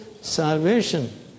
salvation